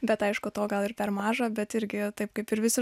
bet aišku to gal ir per maža bet irgi taip kaip ir visi